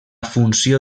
funció